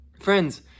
Friends